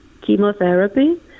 chemotherapy